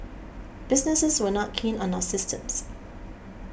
businesses were not keen on our systems